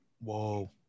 Whoa